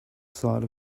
side